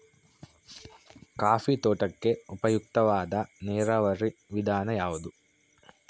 Coffee ತೋಟಕ್ಕೆ ಉಪಯುಕ್ತವಾದ ನೇರಾವರಿ ವಿಧಾನ ಯಾವುದು?